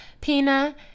Pina